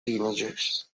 teenagers